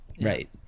Right